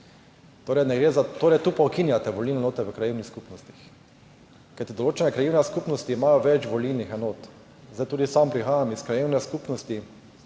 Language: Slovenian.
Tu pa ukinjate volilne enote v krajevnih skupnostih, kajti določene krajevne skupnosti imajo več volilnih enot. Tudi sam prihajam iz krajevne skupnosti,